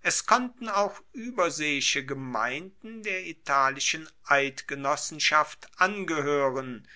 es konnten auch ueberseeische gemeinden der italischen eidgenossenschaft angehoeren